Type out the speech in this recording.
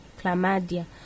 chlamydia